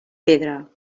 pedra